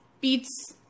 beats